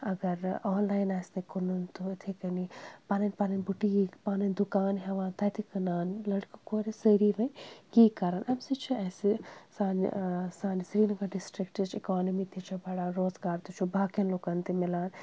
اگر آنلایِن آسہِ نہٕ کٕنُن تہٕ یِتھَے کٔنی پَنٕنۍ پَنٕنۍ بُٹیٖک پَنٕنۍ دُکان ہٮ۪وان تَتہِ کٕنان لٔڑکہٕ کورِ سٲری وۄنۍ یی کَران اَمہِ سۭتۍ چھُ اَسہِ سانہِ سانہِ سرینگر ڈِسٹِرکٕچ اِکانمی تہِ چھے بَڑان روزگار تہِ چھُ باقِیَن لُکَن تہِ مِلان